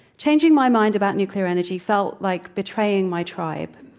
changing my mind about nuclear energy felt like betraying my tribe.